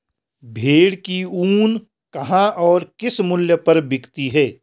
भेड़ की ऊन कहाँ और किस मूल्य पर बिकती है?